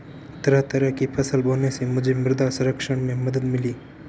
तरह तरह की फसल बोने से मुझे मृदा संरक्षण में मदद मिली